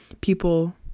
people